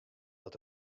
dat